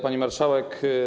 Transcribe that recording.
Pani Marszałek!